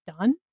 done